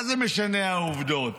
מה זה משנה העובדות.